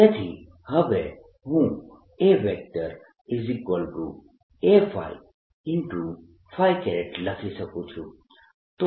તેથી હવે હું AA લખી શકું છું